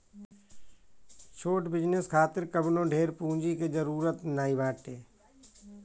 छोट बिजनेस खातिर कवनो ढेर पूंजी के जरुरत नाइ बाटे